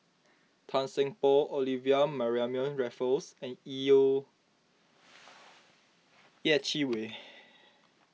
Tan Seng Poh Olivia Mariamne Raffles and Yeh Chi Wei